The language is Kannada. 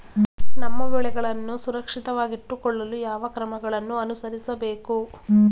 ನಮ್ಮ ಬೆಳೆಗಳನ್ನು ಸುರಕ್ಷಿತವಾಗಿಟ್ಟು ಕೊಳ್ಳಲು ಯಾವ ಕ್ರಮಗಳನ್ನು ಅನುಸರಿಸಬೇಕು?